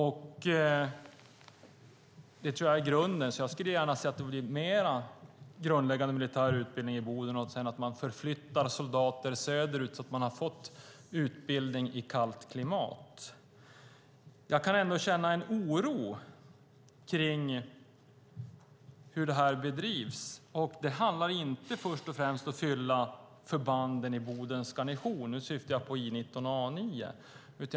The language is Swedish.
Jag tror att det är grunden, så jag skulle gärna se att det blir mer grundläggande militär utbildning i Boden och sedan förflyttar soldater söderut efter utbildningen i kallt klimat. Jag kan dock känna en oro för hur detta bedrivs. Det handlar inte först och främst om att fylla förbanden i Bodens garnison, I 19 och A 9.